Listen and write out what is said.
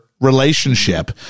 relationship